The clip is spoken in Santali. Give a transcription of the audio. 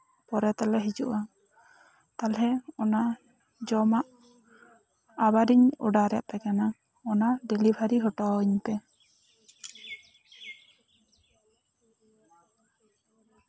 ᱯᱚᱨᱮ ᱛᱮᱞᱮ ᱦᱤᱡᱩᱜᱼᱟ ᱛᱟᱞᱦᱮ ᱚᱱᱟ ᱡᱚᱢᱟᱜ ᱟᱵᱟᱨᱤᱧ ᱚᱰᱟᱨᱟᱯᱮ ᱠᱟᱱᱟ ᱚᱱᱟ ᱰᱮᱞᱤᱵᱷᱟᱨᱤ ᱦᱚᱴᱚᱣᱟᱹᱧ ᱯᱮ